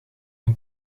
een